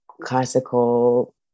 classical